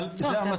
אבל זה המצב.